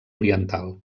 oriental